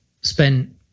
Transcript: spent